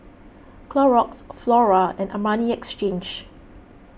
Clorox Flora and Armani Exchange